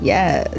Yes